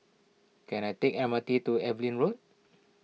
can I take the M R T to Evelyn Road